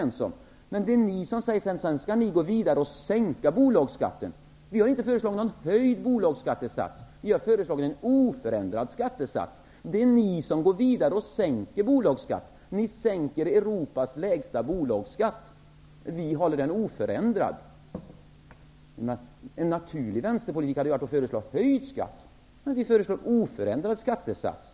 Ni säger att ni vill sänka bolagsskatten. Vi har inte föreslagit någon höjd bolagsskattesats utan en oförändrad skattesats. Det är ni som går vidare och vill sänka Europas lägsta bolagsskatt. Vänsterpartiet vill ha den typen av skatt oförändrad. En mer naturlig vänsterpartipolitik skulle ha varit att föreslå höjd skatt, men vi i Vänsterpartiet föreslår oförändrad skattesats.